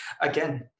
Again